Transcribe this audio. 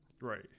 Right